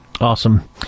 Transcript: awesome